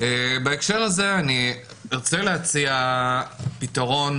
אני לא מצליח להבין.